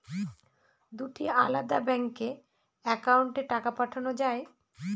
দুটি আলাদা ব্যাংকে অ্যাকাউন্টের টাকা পাঠানো য়ায়?